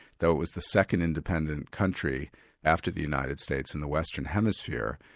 though it was the second independent country after the united states in the western hemisphere,